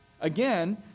Again